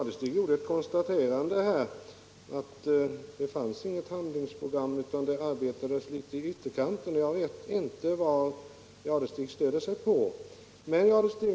Herr talman! Thure Jadestig påstod att det inte finns något handlingsprogram utan att det arbetas så att säga i ytterkanterna. Jag vet inte vad han grundar det påståendet på.